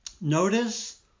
notice